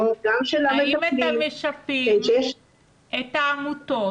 גם של המטפלים --- האם אתם משפים את העמותות